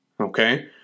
Okay